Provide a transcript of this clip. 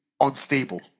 unstable